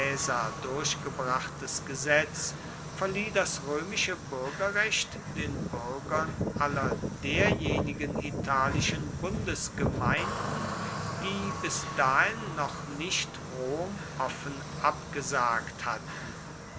caesar durchgebrachtes gesetz verlieh das römische bürgerrecht den bürgern aller derjenigen italischen bundesgemeinden die bis dahin noch nicht rom offen abgesagt hatten